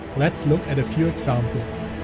let's look at a few examples.